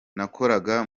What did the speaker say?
nakoraga